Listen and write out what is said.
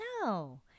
no